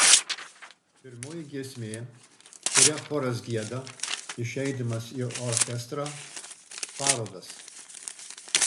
pirmoji giesmė kurią choras gieda išeidamas į orchestrą parodas